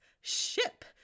ship